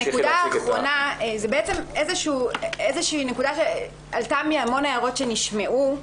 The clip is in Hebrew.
הנקודה האחרונה עלתה מהמון הערות שנשמעו.